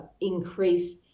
increase